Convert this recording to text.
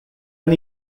han